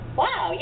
wow